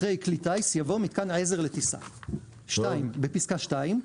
אחרי "כלי טיס" יבוא "מיתקן עזר לטיסה"; (2) בפסקה (2),